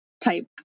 type